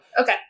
okay